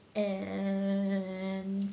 and